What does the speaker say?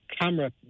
camera